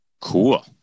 Cool